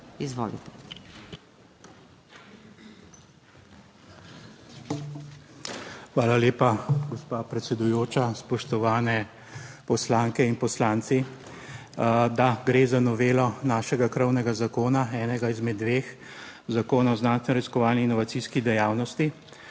inovacije):** Hvala lepa, gospa predsedujoča. Spoštovane poslanke in poslanci! Da, gre za novelo našega krovnega zakona, enega izmed dveh, Zakona o znanstveno raziskovalni in inovacijski dejavnosti.